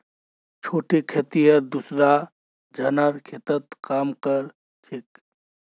छोटे खेतिहर दूसरा झनार खेतत काम कर छेक